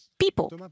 people